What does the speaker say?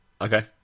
Okay